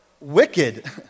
wicked